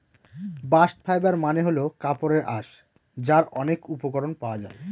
bast fibre মানে হল কাপড়ের আঁশ যার অনেক উপকরণ পাওয়া যায়